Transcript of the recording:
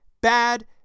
bad